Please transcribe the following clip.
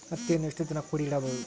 ಹತ್ತಿಯನ್ನು ಎಷ್ಟು ದಿನ ಕೂಡಿ ಇಡಬಹುದು?